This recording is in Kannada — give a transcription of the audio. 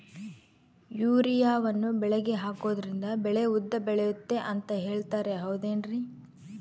ಯೂರಿಯಾವನ್ನು ಬೆಳೆಗೆ ಹಾಕೋದ್ರಿಂದ ಬೆಳೆ ಉದ್ದ ಬೆಳೆಯುತ್ತೆ ಅಂತ ಹೇಳ್ತಾರ ಹೌದೇನ್ರಿ?